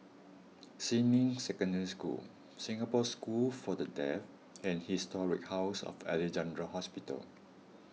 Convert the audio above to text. Xinmin Secondary School Singapore School for the Deaf and Historic House of Alexandra Hospital